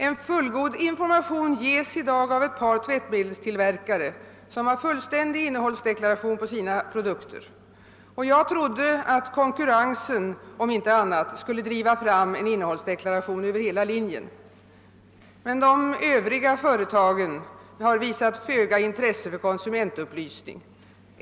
En fullgod information ges i dag av ett par tvättmedelstillverkare som har fullständig innehållsdeklaration på sina pro dukter, och jag trodde att konkurrensen, om inte annat, skulle driva fram en innehållsdeklaration över hela linjen. De övriga företagen har emellertid visat föga intresse för konsumentupplysning.